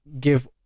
give